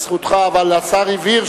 זכותך, אבל השר הבהיר